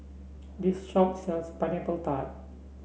this shop sells Pineapple Tart